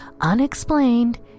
unexplained